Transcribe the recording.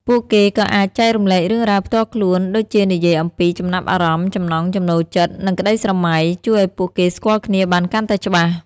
ពួកគេក៏អាចចែករំលែករឿងរ៉ាវផ្ទាល់ខ្លួន ដូចជានិយាយអំពីចំណាប់អារម្មណ៍ ចំណង់ចំណូលចិត្ត និងក្តីស្រមៃ ជួយឱ្យពួកគេស្គាល់គ្នាបានកាន់តែច្បាស់។